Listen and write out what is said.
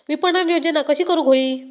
विपणन योजना कशी करुक होई?